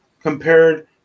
compared